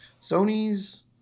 Sony's